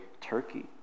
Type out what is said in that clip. Turkey